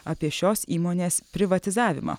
apie šios įmonės privatizavimą